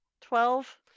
Twelve